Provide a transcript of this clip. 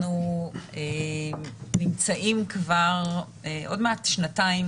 אנחנו נמצאים עוד מעט שנתיים